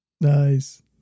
Nice